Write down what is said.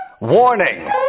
Warning